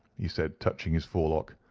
he said, touching his forelock,